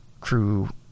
crew